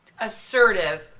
assertive